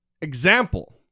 example